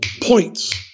points